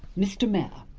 mr mayor,